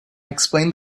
explained